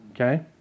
Okay